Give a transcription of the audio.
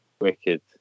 Wicked